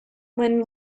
when